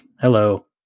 Hello